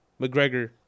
McGregor